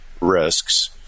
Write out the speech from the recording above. risks